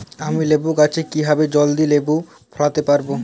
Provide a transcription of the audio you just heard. আমি লেবু গাছে কিভাবে জলদি লেবু ফলাতে পরাবো?